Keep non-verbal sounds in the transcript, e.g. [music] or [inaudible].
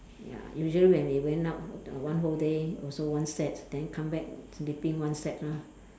ya usually when we went out [noise] one whole day also one sets then come back sleeping one sets lah